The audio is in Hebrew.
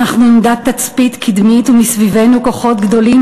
'אנחנו עמדת תצפית קדמית ומסביבנו כוחות גדולים,